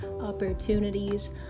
Opportunities